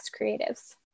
Creatives